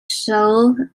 sold